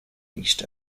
east